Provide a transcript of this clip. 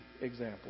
example